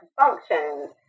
functions